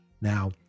Now